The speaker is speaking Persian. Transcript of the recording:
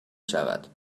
شود